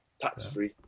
Tax-free